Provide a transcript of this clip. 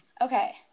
Okay